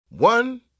One